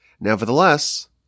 Nevertheless